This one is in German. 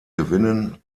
gewinnen